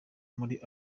muri